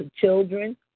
children